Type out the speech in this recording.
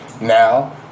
now